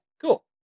cool